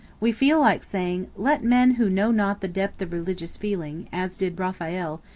we feel like saying, let men who know not the depth of religious feeling, as did raphael,